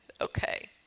Okay